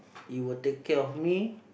you will take care of me